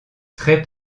très